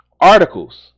articles